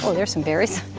there's some berries.